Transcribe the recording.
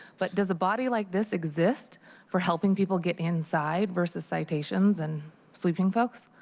but does a body like this exist for helping people get inside verses citations and sweeping folks?